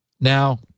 Now